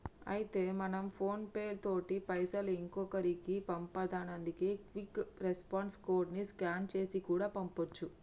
అయితే మనం PhonePe తోటి పైసలు ఇంకొకరికి పంపానంటే క్విక్ రెస్పాన్స్ కోడ్ ని స్కాన్ చేసి కూడా పంపొచ్చు